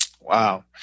wow